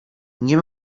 nie